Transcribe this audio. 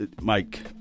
Mike